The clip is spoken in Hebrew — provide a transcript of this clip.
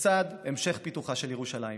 לצד המשך פיתוחה של ירושלים.